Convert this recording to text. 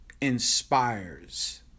inspires